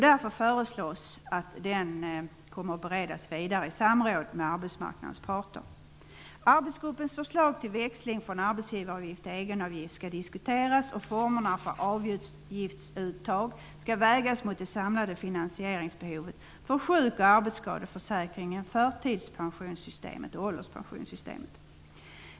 Därför föreslås att frågan bereds vidare i samråd med arbetsmarknadens parter. Arbetsgruppens förslag till växling från arbetsgivaravgift till egenavgift skall diskuteras, och formerna för avgiftsuttaget skall vägas mot det samlade finansieringsbehovet för sjuk och arbetsskadeförsäkringen, förtidspensionssystemet och ålderspensionssystemet.